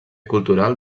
cultural